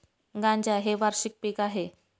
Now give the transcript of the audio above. गांजा हे वार्षिक पीक आहे